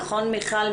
נכון מיכל?